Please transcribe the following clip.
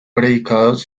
predicados